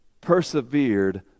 persevered